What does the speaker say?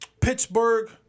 Pittsburgh